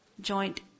joint